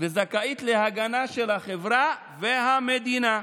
וזכאית להגנה של החברה והמדינה".